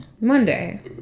Monday